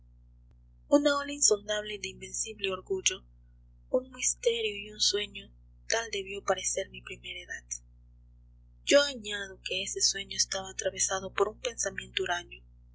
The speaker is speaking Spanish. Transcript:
una ola insondable de invencible orgullo un misterio y un sueño tal debió parecer mi primera edad yo añado que ese sueño estaba atravesado por un pensamiento huraño